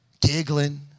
giggling